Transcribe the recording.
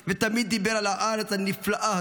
ותמיד דיבר על הארץ הנפלאה הזאת.